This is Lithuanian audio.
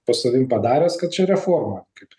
po savim padaręs kad čia reforma kaip